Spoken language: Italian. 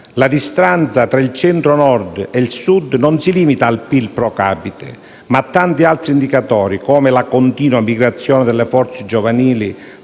La distanza tra il Centro-Nord e il Sud non si limita al PIL *pro capite*, ma a tanti altri indicatori, come la continua migrazione delle forze giovanili